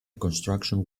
construction